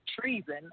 treason